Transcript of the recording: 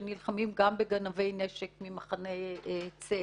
שנלחמים גם בגנבי נשק ממחנה צאלים,